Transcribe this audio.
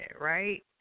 right